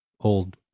old